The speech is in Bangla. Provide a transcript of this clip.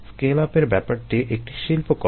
স্কেল আপের ব্যাপারটি একটি শিল্পকর্ম